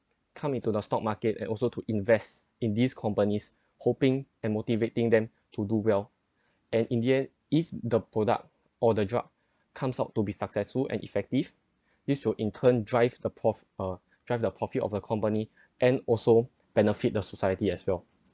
come into the stock market and also to invest in these companies hoping and motivating them to do well and in the end if the product or the drug comes out to be successful and effective this will in turn drive the prof~ uh drive the profits of the company and also benefit the society as well